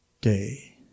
day